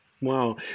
Wow